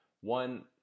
one